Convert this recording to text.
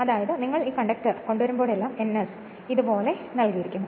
അതായത് നിങ്ങൾ ഈ കണ്ടക്ടർ കൊണ്ടുവരുമ്പോഴെല്ലാം NS NS ഇതുപോലെ നൽകിയിരിക്കുന്നു